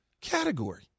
category